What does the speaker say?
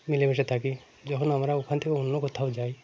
মিলেমশে থাকি যখন আমরা ওখান থেকে অন্য কোথাও যাই